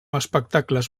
espectacles